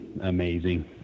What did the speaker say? amazing